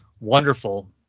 Wonderful